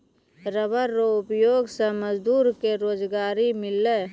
rubber रो उपयोग से मजदूर के रोजगारी मिललै